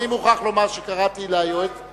אני מוכרח לומר שקראתי לייעוץ המשפטי.